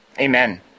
Amen